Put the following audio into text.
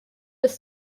des